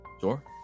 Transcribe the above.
Sure